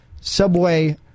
Subway